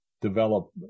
develop